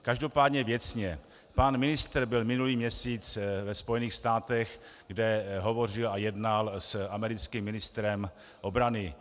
Každopádně věcně: Pan ministr byl minulý měsíc ve Spojených státech, kde hovořil a jednal s americkým ministrem obrany.